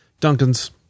Duncan's